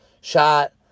shot